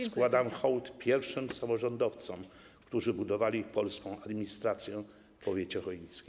Składam hołd pierwszym samorządowcom, którzy budowali polską administrację w powiecie chojnickim.